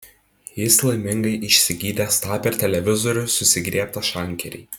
jis laimingai išsigydęs tą per televizorių susigriebtą šankerį